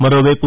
మరోవైపు